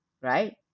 right